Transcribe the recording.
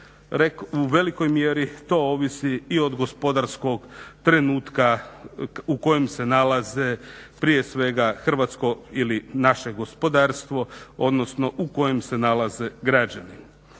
u velikoj mjeri to ovisi i od gospodarskog trenutka u kojem se nalaze prije svega naše gospodarstvo odnosno u kojem se nalaze građani.